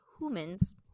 Humans